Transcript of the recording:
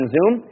Zoom